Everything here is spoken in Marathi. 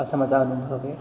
असा माझा अनुभव आहे